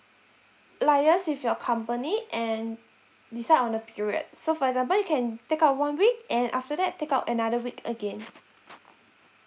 liaise with your company and decide on the period so for example you can take out one week and after that take out another week again